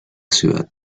ciudad